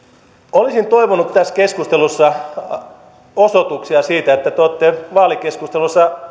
olisin toivonut tässä keskustelussa osoituksia siitä että te te olette vaalikeskusteluissa